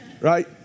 Right